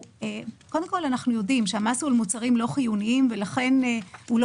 קודם כול אנחנו יודעים שהמס הוא על מוצרים לא חיוניים ולכן לא